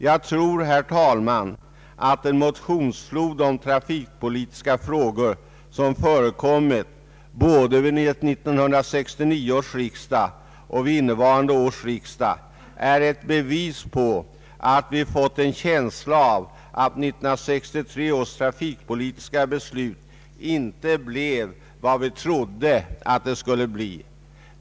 Jag tror, herr talman, att den motionsflod om trafikpolitiska frågor som förekom både vid 1969 års riksdag och vid innevarande års riksdag är ett bevis på att vi har fått en känsla av att 1963 års trafikpolitiska beslut inte blev vad vi trodde att det skulle bli.